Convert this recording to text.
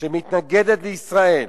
שמתנגדת לישראל,